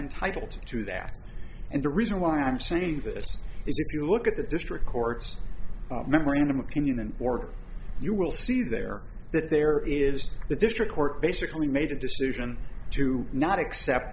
entitled to that and the reason why i'm saying this is if you look at the district court's memorandum opinion and order you will see there that there is the district court basically made a decision to not accept